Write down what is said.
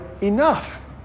enough